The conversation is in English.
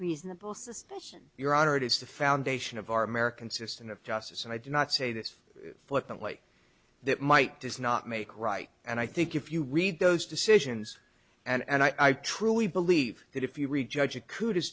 reasonable suspicion your honor it is the foundation of our american system of justice and i do not say this flippantly that might does not make right and i think if you read those decisions and i truly believe that if you read judge